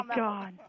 god